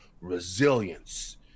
resilience